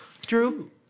Drew